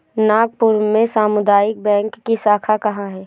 नागपुर में सामुदायिक बैंक की शाखा कहाँ है?